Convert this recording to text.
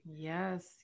Yes